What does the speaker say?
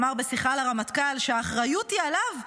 אמר בשיחה לרמטכ"ל שהאחריות היא עליו,